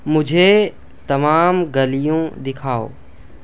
مجھے تمام گلیوں دکھاؤ